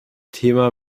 thema